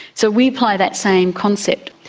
so we apply that same concept.